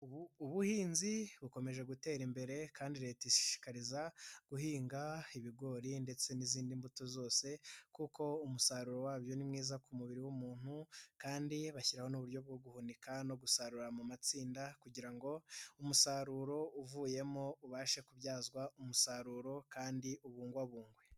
Ubu buhinzi bukomeje gutera imbere kandi leta ishikariza guhinga ibigori ndetse n'izindi mbuto zose kuko umusaruro wabyo, ni mwiza ku mubiri w'umuntu kandi bashyiraho uburyo bwo guhunika no gusarura mu matsinda kugira ngo umusaruro uvuyemo ubashe kubyazwa umusaruro kandi ubungwabungwe..